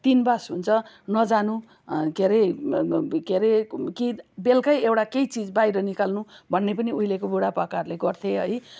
तिन बास हुन्छ नजानु के अरे के अरे कि बेलुकी नै एउटा केही चिज बाहिर निकाल्नु भन्ने पनि उहिलेको बुढापाकाहरूले गर्थे है